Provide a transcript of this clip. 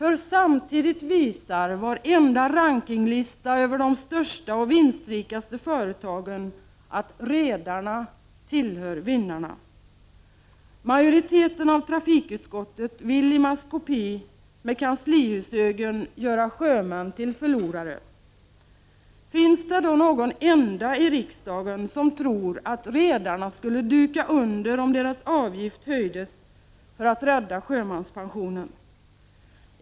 Samtidigt visar varenda rankinglista över de största och vinstrikaste företagen att redarna tillhör vinnarna. Majoriteten av trafikutskottet vill i maskopi med kanslihushögern göra sjömännen till förlorare. Finns det då någon enda i riksdagen som tror att redarna skulle duka under om deras avgift höjdes för att rädda sjömanspensionen?